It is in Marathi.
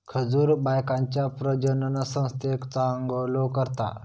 खजूर बायकांच्या प्रजननसंस्थेक चांगलो करता